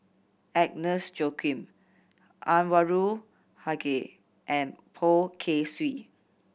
Agnes Joaquim Anwarul Haque and Poh Kay Swee